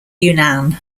yunnan